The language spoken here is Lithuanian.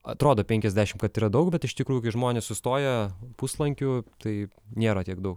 atrodo penkiasdešim kad yra daug bet iš tikrųjų žmonės sustoja puslankiu tai nėra tiek daug